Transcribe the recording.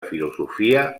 filosofia